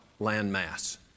Landmass